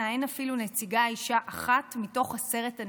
אין אפילו נציגה אישה אחת מתוך עשרת הנציגים.